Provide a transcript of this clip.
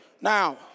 Now